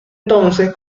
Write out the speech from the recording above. entonces